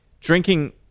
drinking